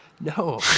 No